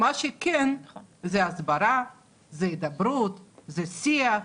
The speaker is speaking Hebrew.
מה שכן, זה הסברה, זה הידברות, זה שיח,